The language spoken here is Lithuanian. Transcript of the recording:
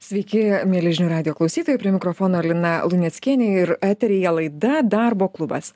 sveiki mieli žinių radijo klausytojai prie mikrofono lina luneckienė ir eteryje laida darbo klubas